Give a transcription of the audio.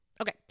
okay